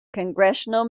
congressional